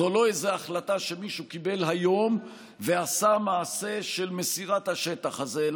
זו לא איזו החלטה שמישהו קיבל היום ועשה מעשה של מסירת השטח הזה,